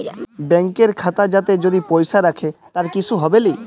ব্যাংকের খাতা যাতে যদি পয়সা রাখে তার কিসু হবেলি